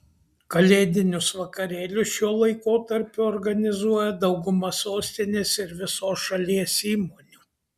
kalėdinius vakarėlius šiuo laikotarpiu organizuoja dauguma sostinės ir visos šalies įmonių